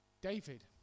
David